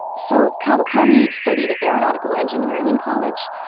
so kawakami studied aeronautical engineering in college.